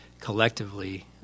collectively